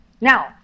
Now